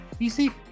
PC